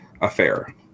affair